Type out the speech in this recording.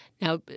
Now